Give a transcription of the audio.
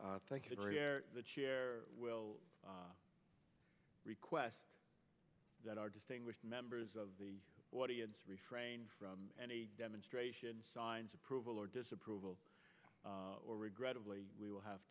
up the chair will request that our distinguished members of the audience refrain from any demonstrations signs approval or disapproval or regrettably we will have